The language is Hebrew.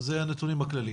זה הנתונים בכללי.